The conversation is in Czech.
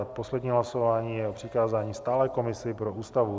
A poslední hlasování je o přikázání stálé komisi pro Ústavu.